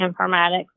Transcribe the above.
Informatics